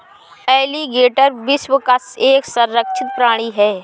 alligator विश्व का एक संरक्षित प्राणी है